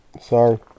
sorry